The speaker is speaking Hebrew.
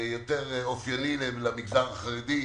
יותר אופייני למגזר החרדי,